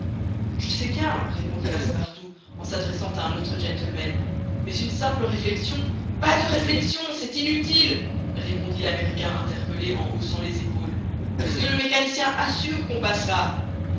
je sais bien répondit passepartout en s'adressant à un autre gentleman mais une simple réflexion pas de réflexion c'est inutile répondit l'américain interpellé en haussant les épaules puisque le mécanicien assure qu'on passera